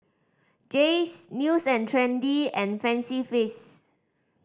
Jays News and Trendy and Fancy Feast